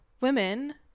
women